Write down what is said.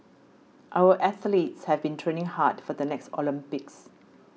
our athletes have been training hard for the next Olympics